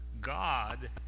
God